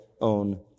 own